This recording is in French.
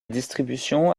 distribution